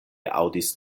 aŭdis